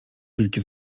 wilki